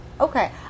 Okay